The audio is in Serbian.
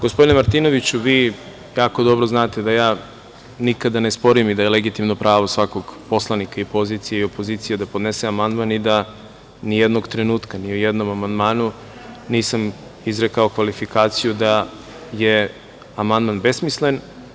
Gospodine Martinoviću, vi jako dobro znate da ja nikada ne sporim i da je legitimno pravo svakog poslanika, i pozicije i opozicije, da podnese amandman i da ni jednog trenutka, ni u jednom amandmanu, nisam izrekao kvalifikaciju da je amandman besmislen.